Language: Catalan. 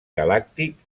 galàctic